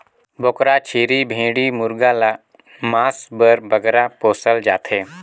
बोकरा, छेरी, भेंड़ी मुरगा ल मांस बर बगरा पोसल जाथे